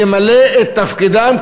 למלא את תפקידן,